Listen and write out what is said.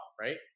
right